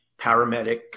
paramedic